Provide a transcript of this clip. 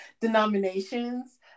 denominations